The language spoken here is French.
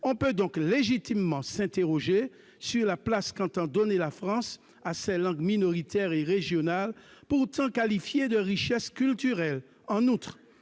On peut donc légitimement s'interroger sur la place qu'entend donner la France à ses langues minoritaires et régionales, pourtant qualifiées de richesse culturelle. En outre,